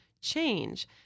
change